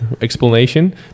explanation